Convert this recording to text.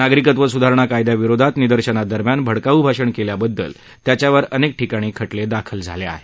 नागरिकत्व सुधारणा कायद्याविरोधी निदर्शनादरम्यान भडकाऊ भाषणं केल्याबद्दल त्याच्यावर अनेक ठिकाणी खटले दाखल झाले आहेत